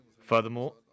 Furthermore